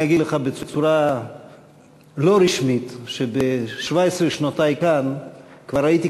אני אגיד לך בצורה לא רשמית שב-17 שנותי כאן כבר ראיתי